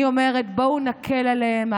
אני אומרת, בואו נקל עליהם.